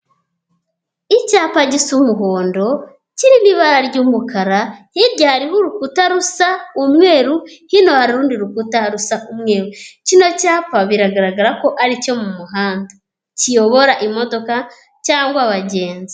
Icyapa gisa umuhondo kirimo ibara ry'umukara, hirya hariho urukuta rusa umweru, hino hari urundi rukuta rusa umweru, kino cyapa biragaragara ko aricyo mu muhanda, kiyobora imodoka cyangwa abagenzi.